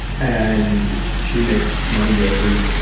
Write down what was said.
and, she makes money every,